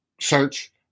search